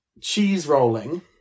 Cheese-Rolling